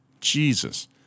Jesus